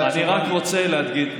אני רק רוצה להגיד,